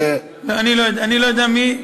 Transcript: כולל הרב עובדיה יוסף.